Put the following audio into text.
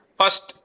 first